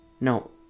No